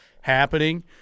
happening